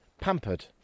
pampered